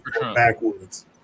backwards